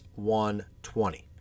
120